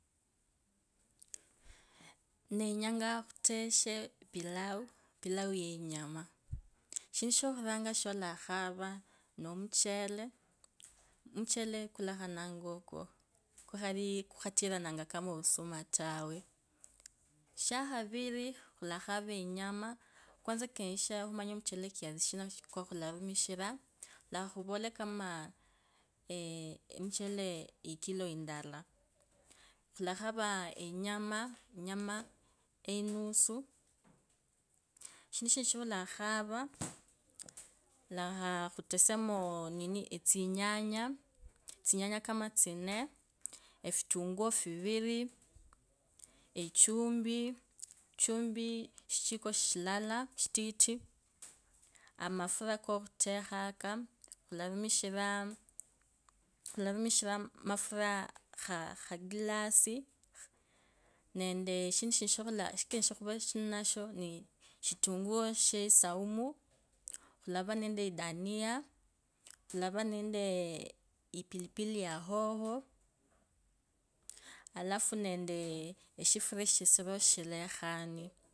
𝖭𝖾𝗇𝗒𝖺𝗇𝗀𝖺 𝗄𝗁𝗎𝗍𝖾𝗌𝗁𝖾 𝗉𝗂𝗅𝖺𝗎 𝗉𝗂𝗅𝖺𝗎 𝗒𝖾𝗂𝗇𝗒𝖺𝗆𝖺 𝗌𝗁𝗂𝗇𝖽𝗎𝗌𝗁𝗎𝗄𝗁𝗎𝗋𝖺𝗇𝗀𝖺 𝗌𝗁𝗈𝗅𝖺𝗄𝗁𝖺𝗏𝗈 𝗇𝗈𝗆𝗎𝖼𝗁𝖾𝗅𝖾𝖾 𝗆𝗎𝖼𝗁𝖾𝗅𝖾𝗄𝗎𝗅𝖺𝗄𝗁𝖺𝗇𝖺𝗇𝗀𝗈 𝗈𝗄𝗐𝗈 𝗄𝗐𝖺𝗄𝗁𝖺𝗅𝗂𝗂𝗂 𝗄𝗐𝖺𝗄𝗁𝖺𝗍𝗂𝗋𝖺𝗇𝖺𝗇𝗀𝖺 𝗄𝖺𝗆𝖺 𝗏𝗎𝗌𝗎𝗆𝖺 𝗍𝖺𝗐𝖾 𝖲𝗁𝖺𝗄𝗁𝖺𝗏𝗂𝗅𝗂 𝗄𝗁𝗎𝗅𝖺𝗄𝗁𝖺𝗋𝖺 𝗂𝗇𝗒𝖺𝗆𝖺 𝗄𝗐𝖺𝗇𝗓𝖺 𝗄𝖾𝗇𝗒𝖾𝗄𝗁𝖺 𝗄𝗁𝗎𝗆𝖾𝗇𝗒𝖾 𝗆𝗎𝖼𝗁𝖾𝗅𝖾 𝗄𝗂𝖺𝗌𝗂 𝗌𝗁𝗂𝗅𝖺 𝗄𝗐𝖺𝗄𝗁𝗎𝗄𝗂𝗋𝗎𝗆𝗂𝗌𝗁𝗂𝗋𝖺 𝖫𝖺𝗄𝗁𝖺 𝗄𝗁𝗎𝗏𝗈𝗅𝖾 𝗄𝖺𝗆𝖺 𝗆𝗎𝖼𝗁𝖾𝗅𝖾 𝖾𝖾𝗁 𝖾𝖾𝗁 𝖾𝗄𝗂𝗅𝗈 𝗂𝗇𝖽𝖺𝗅𝖺 𝗄𝗁𝗎𝗅𝖺𝗄𝗁𝖺 𝖾𝗒𝗂𝗇𝗒𝖺𝗆𝖺 𝗂𝗇𝗒𝖺𝗆𝖺 𝖾𝗇𝗎𝗌𝗎 𝗌𝗁𝗂𝗇𝖽𝗎 𝗌𝗁𝗂𝗇𝖽𝗂 𝗌𝗁𝖺𝗄𝗁𝗎𝗅𝖺𝗄𝗁𝖺𝗋𝖺 𝗅𝖺𝗄𝗁𝖺 𝗄𝗁𝗎𝗍𝖾𝗌𝖺𝗆𝖺 𝖾𝗇𝗂𝗇𝗂𝗂 𝗍𝗌𝗂𝗇𝗒𝖺𝗇𝗀𝖺 𝗄𝖺𝗆𝖺 𝗍𝗌𝗂𝗇𝖾 𝖾𝖿𝗎𝗍𝗎𝗇𝗀𝗎𝗎 𝖿𝗎𝗏𝗂𝗋𝗂 𝖾𝖼𝗁𝗎𝗆𝖻𝗂 𝖼𝗁𝗎𝗆𝖻𝗂 𝗌𝗁𝗂𝗃𝗂𝗄𝗈 𝗌𝗁𝗂𝗅𝖺𝗅𝖺 𝗌𝗁𝗂𝗍𝗂𝗍𝗂 𝖺𝗆𝖺𝖿𝗎𝗋𝖺 𝗄𝗈𝗄𝗁𝗎𝗍𝖾𝗄𝗁𝖺 𝖺𝗄𝗈 𝗄𝗁𝗎𝗅𝖺𝗋𝗎𝗆𝗂𝗌𝗁𝗂𝗋𝗂𝖺 𝗄𝗁𝗎𝗅𝖺𝗋𝗎𝗆𝗂𝗌𝗁𝗂𝗋𝗂𝖺 𝖺𝗆𝖺𝖿𝗎𝗋𝖺 𝗄𝗁𝖺 𝗄𝗁𝖺𝗄𝗂𝗅𝖺𝗌𝗂 𝗇𝖾𝗇𝖽𝖾 𝗌𝗁𝗂𝗇𝖽𝗎 𝗌𝗁𝗂𝗇𝖽𝗂 𝗌𝗁𝖾𝗄𝖾𝗇𝗒𝖺𝗄𝗁𝖺𝗇𝖺 𝗄𝗁𝗎𝗏𝖾 𝗇𝗂𝗇𝖺𝗌𝗁𝖺 𝗇𝗂𝗌𝗁𝗂𝗍𝗎𝗇𝗀𝗎𝗈 𝗌𝗁𝖾𝗌𝖺𝗎𝗆𝗎 𝗄𝗁𝖺𝗏𝖺𝗅𝖺 𝗇𝖾𝗇𝖽𝖾 𝖾𝖽𝖺𝗇𝗂𝖺 𝗄𝗁𝗎𝗅𝖺𝗏𝖺 𝗇𝖾𝗇𝖽𝖺 𝖾𝗉𝗂𝗅𝗂𝗉𝗂𝗅𝗂 𝗒𝖺 𝗁𝗎𝗄𝗎 𝖺𝗅𝖺𝖿𝗎 𝗇𝖾𝗇𝖽𝖾 𝖺𝗌𝗁𝗂𝖿𝗎𝗋𝗂𝖺 𝗌𝗁𝗂𝗌𝗂𝗋𝗈 𝗌𝗁𝗂𝗋𝖾𝗄𝗁𝖺𝗇𝗂.